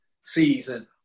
season